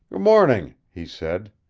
morning, he said.